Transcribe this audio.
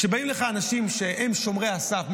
כשבאים אליך אנשים שהם שומרי הסף.